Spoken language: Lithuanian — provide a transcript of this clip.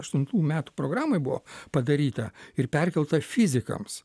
aštuntų metų programoj buvo padaryta ir perkelta fizikams